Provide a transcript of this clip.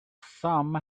some